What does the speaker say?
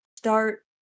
Start